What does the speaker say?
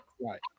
Right